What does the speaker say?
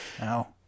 Now